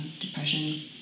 depression